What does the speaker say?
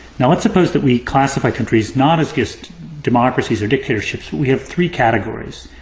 now, let's suppose that we classify countries not as just democracies or dictatorships, we have three categories.